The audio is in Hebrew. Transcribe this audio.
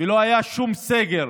ולא היה שום סגר